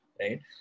right